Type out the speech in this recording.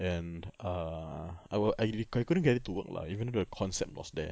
and err I will I couldn't get it to work lah even though the concept was there